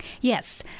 Yes